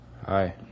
Hi